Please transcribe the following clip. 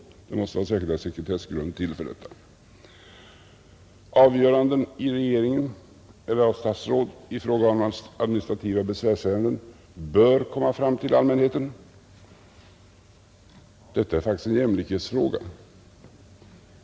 En särskild sekretessgrund måste till för detta. Avgöranden av regeringen eller av statsråd i fråga om administrativa besvärsärenden bör nå fram till allmänheten, Detta är faktiskt en jämlikhetsfråga.